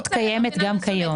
האפשרות קיימת כבר היום.